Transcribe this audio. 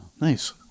Nice